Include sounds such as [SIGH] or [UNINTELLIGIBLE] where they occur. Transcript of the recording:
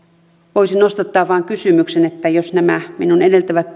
voisin nostattaa vain kysymyksen että jos nämä minun edeltävät [UNINTELLIGIBLE]